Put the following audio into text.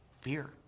fear